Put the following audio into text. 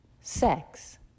sex